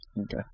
okay